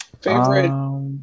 Favorite